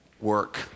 work